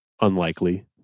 unlikely